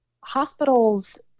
Hospitals